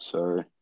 Sorry